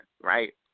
right